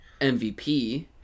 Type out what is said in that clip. MVP